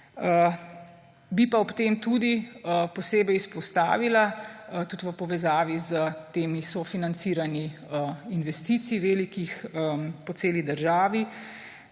Bi pa ob tem tudi posebej izpostavila tudi v povezavi s temi sofinanciranji investicij velikih po celi državi,